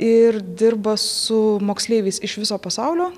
ir dirba su moksleiviais iš viso pasaulio